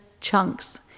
chunks